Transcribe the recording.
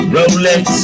Rolex